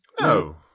No